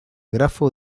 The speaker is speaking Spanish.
grafo